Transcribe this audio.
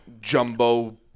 jumbo